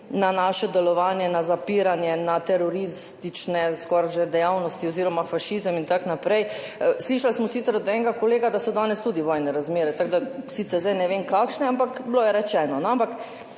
na naše delovanje, na zapiranje, na skoraj že teroristične dejavnosti oziroma fašizem in tako naprej. Slišali smo sicer od enega kolega, da so danes tudi vojne razmere. Sicer zdaj ne vem, kakšne, ampak bilo je rečeno.